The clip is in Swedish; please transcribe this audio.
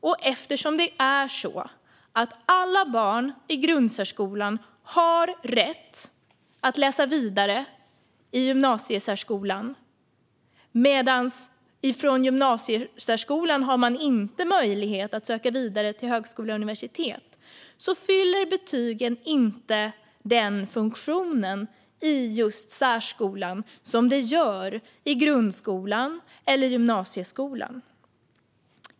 Och eftersom alla barn i grundsärskolan har rätt att läsa vidare i gymnasiesärskolan medan man från gymnasiesärskolan inte har möjlighet att söka vidare till högskola och universitet fyller betyg inte den funktion i särskolan som de gör i grundskolan och gymnasieskolan.